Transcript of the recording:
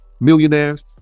millionaires